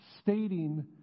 stating